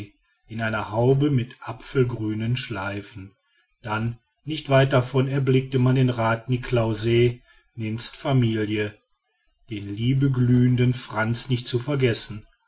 in einer haube mit apfelgrünen schleifen dann nicht weit davon erblickte man den rath niklausse nebst familie den liebeglühenden frantz nicht zu vergessen